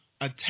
attack